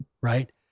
right